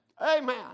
Amen